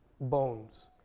bones